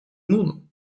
муну